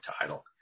title